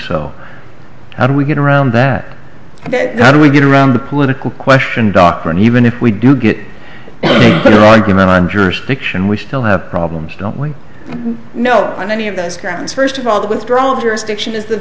so how do we get around that ok how do we get around the political question doctrine even if we do get the argument on jurisdiction we still have problems don't we know on any of those grounds first of all the withdrawal of jurisdiction is